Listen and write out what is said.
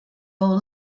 all